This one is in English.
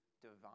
divine